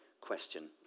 question